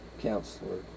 Counselor